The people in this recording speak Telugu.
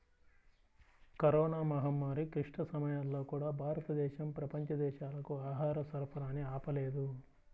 కరోనా మహమ్మారి క్లిష్ట సమయాల్లో కూడా, భారతదేశం ప్రపంచ దేశాలకు ఆహార సరఫరాని ఆపలేదు